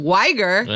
Weiger